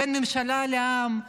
בין ממשלה לעם,